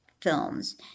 films